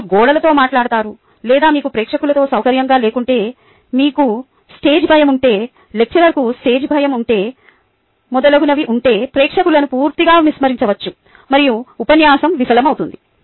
మీరు గోడలతో మాట్లాడతారు లేదా మీకు ప్రేక్షకులతో సౌకర్యంగా లేకుంటే మీకు స్టేజ్ భయం ఉంటే లెక్చరర్కు స్టేజ్ భయం ఉంటే మొదలగునవి ఉంటే ప్రేక్షకులను పూర్తిగా విస్మరించవచ్చు మరియు ఉపన్యాసం విఫలమవుతుంది